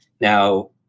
Now